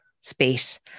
space